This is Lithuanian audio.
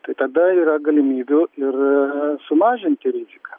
tai tada yra galimybių ir sumažinti riziką